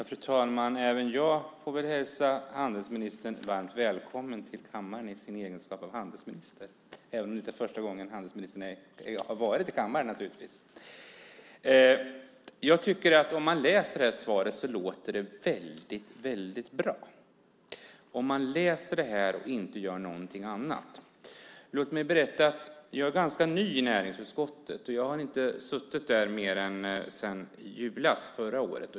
Fru talman! Även jag får hälsa handelsministern varmt välkommen till kammaren i sin egenskap av handelsminister, även om det inte är första gången handelsministern är i kammaren naturligtvis. Om man läser svaret låter det väldigt bra, om man läser det och inte gör något annat. Låt mig berätta att jag är ganska ny i näringsutskottet. Jag har inte suttit där mer än sedan i julas förra året.